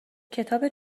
کتاب